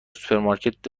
سوپرمارکت